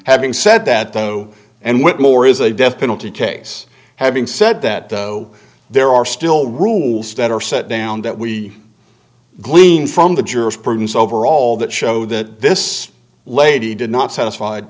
having said that though and whitmore is a death penalty case having said that though there are still rules that are set down that we glean from the jurisprudence overall that show that this lady did not satisfied